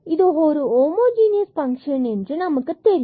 இது ஒரு homogeneous function என்று நமக்குத் தெரியும்